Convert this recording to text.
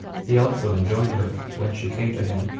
he also enjoined her, when she came to him,